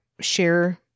share